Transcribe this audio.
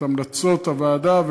את המלצות הוועדה,